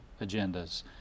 agendas